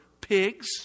pigs